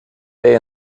pay